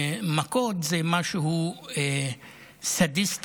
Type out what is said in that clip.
מכות זה משהו סדיסטי,